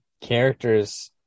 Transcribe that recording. characters